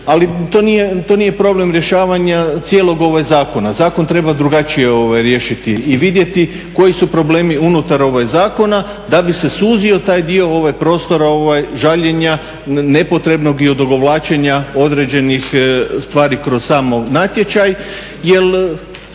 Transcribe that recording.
ali to nije problem rješavanja cijelog zakona. Zakon treba drugačije riješiti i vidjeti koji su problemi unutar zakona da bi se suzio taj dio prostora žaljenja nepotrebnog i odugovlačenja određenih stvari kroz sam natječaj,